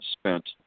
spent